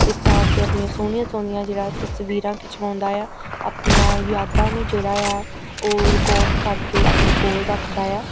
ਇਸ ਸਥਾਨ 'ਤੇ ਆਪਣੀ ਸੋਹਣੀਆਂ ਸੋਹਣੀਆਂ ਜਿਹੜਾ ਉਹ ਤਸਵੀਰਾਂ ਖਿਚਵਾਉਂਦਾ ਆ ਆਪਣੀਆਂ ਯਾਦਾਂ ਨੂੰ ਜਿਹੜਾ ਆ ਉਹ ਰਿਕੋਰਡ ਕਰਕੇ ਆਪਣੇ ਕੋਲ ਰੱਖਦਾ ਆ